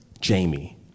Jamie